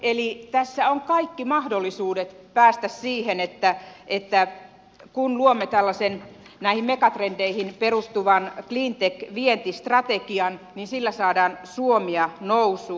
eli tässä on kaikki mahdollisuudet päästä siihen että kun luomme tällaisen näihin megatrendeihin perustuvan cleantech vientistrategian niin sillä saadaan suomea nousuun